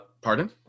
Pardon